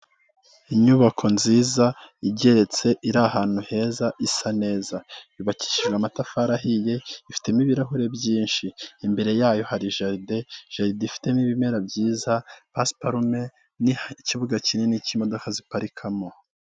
Inyubako nziza igeretse iri ahantu heza isa neza. Yubakishijwe amatafari ahiye ifitemo ibirahure byinshi. Imbere yayo hari jaride, jaride ifitemo ibimera byiza, pasiparume niha ikibuga kinini cy'imodoka ziparikamo.